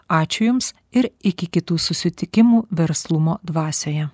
ačiū jums ir iki kitų susitikimų verslumo dvasioje